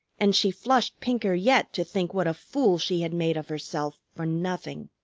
and she flushed pinker yet to think what a fool she had made of herself for nothing.